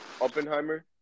Oppenheimer